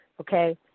okay